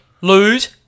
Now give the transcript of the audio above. Lose